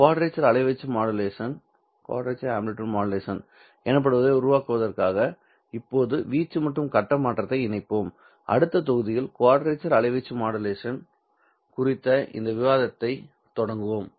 quadrature அலைவீச்சு modulation எனப்படுவதை உருவாக்குவதற்காக இப்போது வீச்சு மற்றும் கட்ட மாற்றத்தை இணைப்போம் அடுத்த தொகுதியில் குவாட்ரேச்சர் அலைவீச்சு மாடுலேஷன் குறித்த இந்த விவாதத்தைத் தொடங்குவோம்